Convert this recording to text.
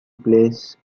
place